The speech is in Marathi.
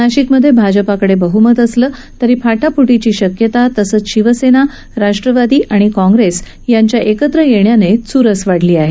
नाशिकमधे भाजपाकडे बहमत असलं तरी फाटाफ्टीची शक्यता तसंच शिवसेना राष्ट्रवादी आणि काँग्रेस यांच्या एकत्र येण्याने चुरस वाढली आहे